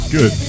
Good